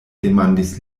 demandis